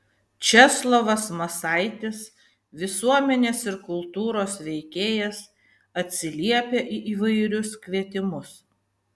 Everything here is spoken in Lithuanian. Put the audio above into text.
česlovas masaitis visuomenės ir kultūros veikėjas atsiliepia į įvairius kvietimus